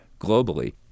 globally